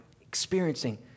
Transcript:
experiencing